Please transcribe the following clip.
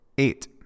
Eight